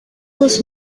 hose